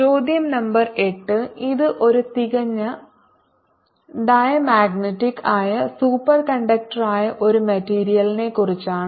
ചോദ്യo number 8 ഇത് ഒരു തികഞ്ഞ ഡയമാഗ്നറ്റിക് ആയ സൂപ്പർകണ്ടക്ടറായ ഒരു മെറ്റീരിയലിനെക്കുറിച്ചാണ്